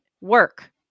work